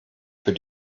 für